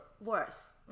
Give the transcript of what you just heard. worse